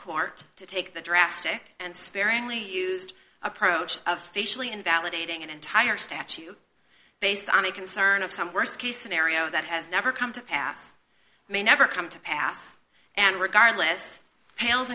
court to take the drastic and sparingly used approach officially invalidating an entire statute based on a concern of some worst case scenario that has never come to pass may never come to pass and regardless pales